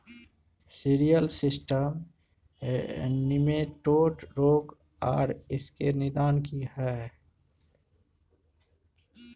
Cereal system nematode रोग आर इसके निदान की हय?